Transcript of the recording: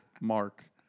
Mark